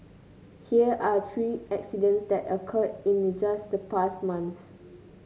here are three accidents that occurred in just the past month